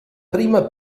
prima